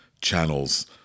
channels